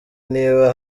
niba